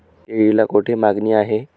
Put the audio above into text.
केळीला कोठे मागणी आहे?